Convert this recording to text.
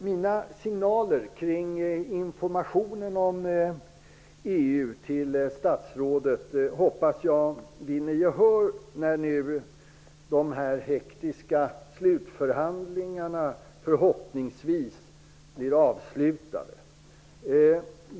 Fru talman! Herr statsråd! Jag hoppas att mina signaler till statsrådet kring informationen om EU vinner gehör när nu de hektiska slutförhandlingarna är avslutade.